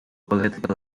political